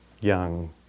young